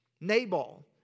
Nabal